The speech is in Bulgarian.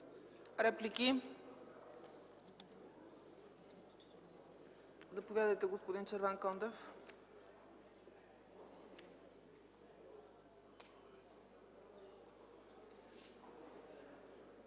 Реплики? Заповядайте, господин Червенкондев.